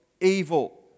evil